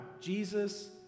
Jesus